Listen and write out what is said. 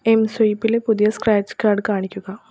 M സ്വൈപ്പിലെ പുതിയ scratch card കാണിക്കുക